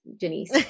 Janice